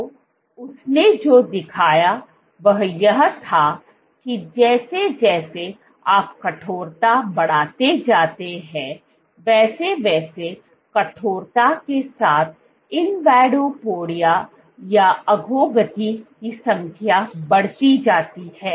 तो उसने जो दिखाया वह यह था कि जैसे जैसे आप कठोरता बढ़ाते जाते हैं वैसे वैसे कठोरता के साथ इनवेडोपोडिया या अधोगति की संख्या बढ़ती जाती है